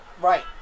Right